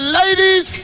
ladies